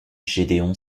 gédéon